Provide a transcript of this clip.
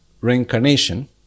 reincarnation